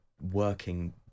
working